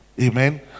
Amen